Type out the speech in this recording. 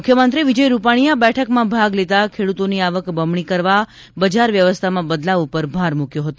મુખ્યમંત્રી શ્રી વિજય રૂપાણીએ આ બેઠકમાં ભાગ લેતાં ખેડૂતોની આવક બમણી કરવા બજાર વ્યવસ્થામાં બદલાવ ઉપર ભાર મૂક્યો હતો